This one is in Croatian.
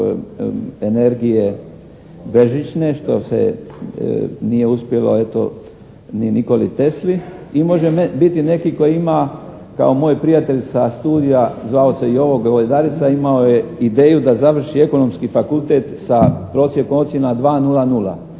energije bežićne što nije uspjelo eto ni Nikoli Tesli i može biti neki koji ima kao moj prijatelj sa studija, zvao se Jovo Govedarica, imao je ideju da završi Ekonomski fakultet sa prosjekom ocjena sa 2.00